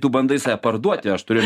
tu bandai save parduoti aš turiu